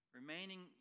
Remaining